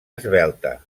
esvelta